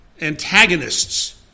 antagonists